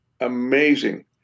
amazing